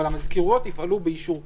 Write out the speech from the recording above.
אבל המזכירויות יפעלו ביישור קו.